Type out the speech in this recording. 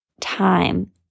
time